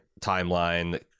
timeline